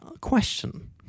question